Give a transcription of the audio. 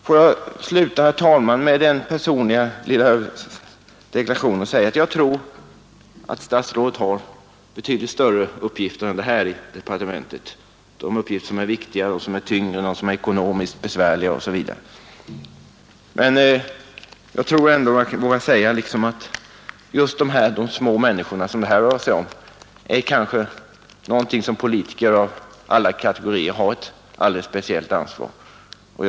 Får jag sluta, herr talman, med den personliga lilla deklarationen att jag tror att statsrådet har betydligt större uppgifter än den här i departementet, uppgifter som är viktigare, tyngre, ekonomiskt besvärligare osv., men jag vågar ändå säga att just de små människorna som det här rör sig om är en grupp som politiker av alla kategorier har ett alldeles speciellt ansvar för.